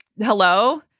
hello